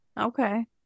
okay